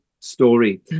story